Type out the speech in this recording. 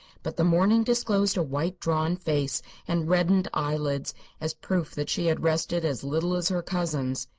but the morning disclosed a white, drawn face and reddened eyelids as proof that she had rested as little as her cousins.